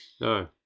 No